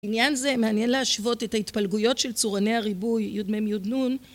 בעניין זה מעניין להשוות את ההתפלגויות של צורני הריבוי ים/ין